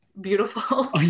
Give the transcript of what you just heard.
beautiful